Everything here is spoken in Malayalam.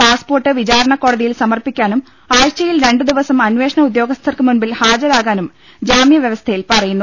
പാസ്പോർട്ട് വിചാരണക്കോടതിയിൽ സമർപ്പിക്കാനും ആഴ്ചയിൽ രണ്ടു ദിവസം അന്വേഷണ ഉദ്യോഗസ്ഥർക്കു മുമ്പിൽ ഹാജരാകാനും ജാമൃവൃവസ്ഥയിൽ പറയുന്നു